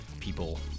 people